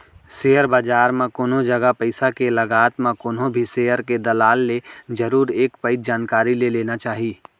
share बजार म कोनो जगा पइसा के लगात म कोनो भी सेयर के दलाल ले जरुर एक पइत जानकारी ले लेना चाही